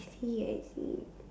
I see I see